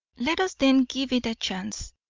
let us then give it a chance.